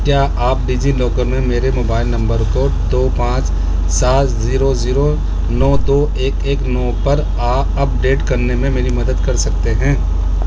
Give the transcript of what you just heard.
کیا آپ DigiLocker میں میرے موبائل نمبر کو دو پانچ سات زیرو زیرو نو دو ایک ایک نو پر آ اپڈیٹ کرنے میں میری مدد کر سکتے ہیں